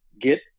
get